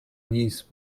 knees